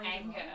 anger